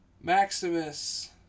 Maximus